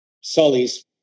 sully's